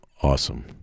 Awesome